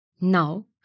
Now